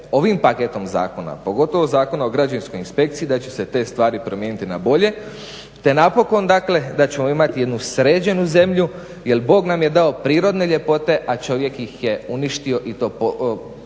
ovim paketom zakona, pogotovo Zakona o građevinskoj inspekciji, da će se te stvari promijeniti na bolje te napokon dakle da ćemo imati jednu sređenu zemlju jer Bog nam je dao prirodne ljepote, a čovjek ih je uništio i to posebno